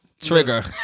trigger